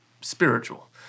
spiritual